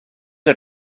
are